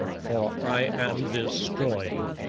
for i am destroyed.